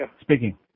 Speaking